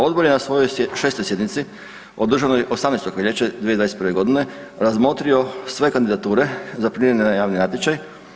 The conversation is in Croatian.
Odbor je na svojoj 6. sjednici održanoj 18. veljače 2021. godine razmotrio sve kandidature zaprimljene na javni natječaj.